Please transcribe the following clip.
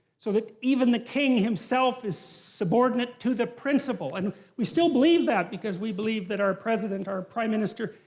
so that even the king himself is subordinate to the principle. and we still believe that, because we believe that our president, or our prime minister,